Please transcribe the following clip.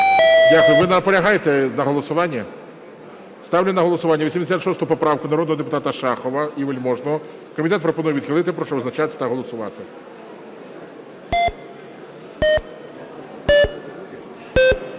Ви наполягаєте на голосуванні? Ставлю на голосування 86 поправку народного депутата Шахова і Вельможного, комітет пропонує відхилити. Прошу визначатися та голосувати.